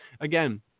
Again